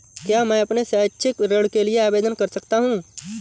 क्या मैं अपने शैक्षिक ऋण के लिए आवेदन कर सकता हूँ?